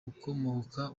akomoka